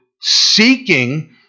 seeking